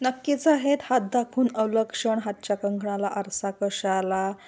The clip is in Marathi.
नक्कीचं आहेत हात दाखवून अवलक्षण हात च्या कंकणाला आरसा कशाला